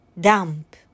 dump